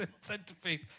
centipede